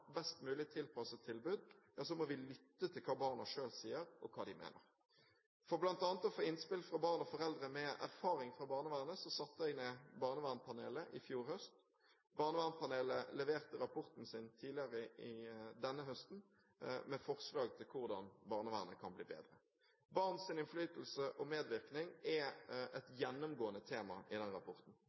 best mulig tilpasset tilbud, må vi lytte til hva barna selv sier, og hva de mener. For bl.a. å få innspill fra barn og foreldre med erfaring fra barnevernet satte jeg ned Barnevernpanelet i fjor høst. Barnevernpanelet leverte sin rapport tidligere denne høsten, med forslag til hvordan barnevernet kan bli bedre. Barns innflytelse og medvirkning er et gjennomgående tema i rapporten.